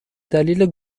دلیل